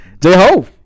J-Ho